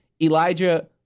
Elijah